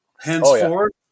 henceforth